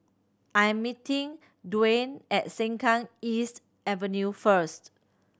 I am meeting Duane at Sengkang East Avenue first